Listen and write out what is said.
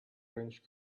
french